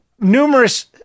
numerous